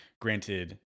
Granted